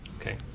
Okay